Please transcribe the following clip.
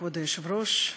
כבוד היושב-ראש,